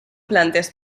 plantes